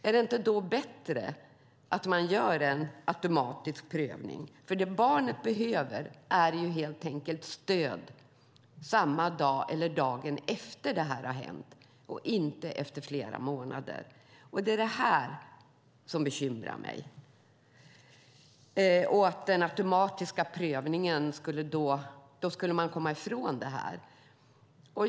Är det inte bättre att man gör en automatisk prövning? Det barnet behöver är helt enkelt stöd samma dag eller dagen efter att detta har hänt och inte efter flera månader. Det är detta som bekymrar mig. Med den automatiska prövningen skulle man komma ifrån detta.